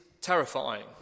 terrifying